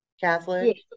Catholic